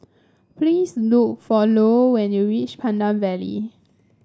please look for Lou when you reach Pandan Valley